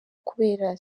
kubera